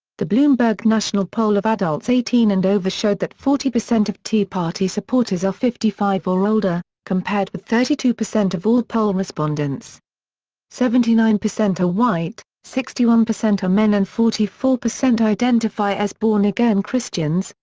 the bloomberg national poll of adults eighteen and over showed that forty percent of tea party supporters are fifty five or older, compared with thirty two percent of all poll respondents seventy nine percent are white, sixty one percent are men and forty four percent identify as born-again christians,